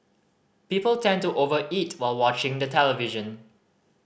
people tend to over eat while watching the television